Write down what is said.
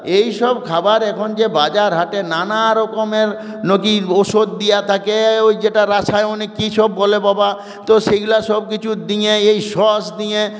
এইসব খাবার এখন যে বাজারহাটে নানা রকমের ওষুধ দিয়ে থাকে ওই যেটা রাসায়নিক কীসব বলে বাবা তো সেইগুলো সবকিছু দিয়ে এই সস দিয়ে